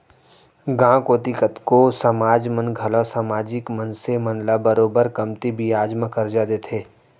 गॉंव कोती कतको समाज मन घलौ समाजिक मनसे मन ल बरोबर कमती बियाज म करजा देथे